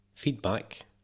Feedback